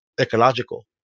ecological